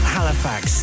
Halifax